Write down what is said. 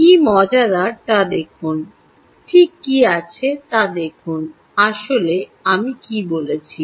কী মজাদার তা দেখুন ঠিক কী আছে তা দেখুন আসলে আমি কী বলেছি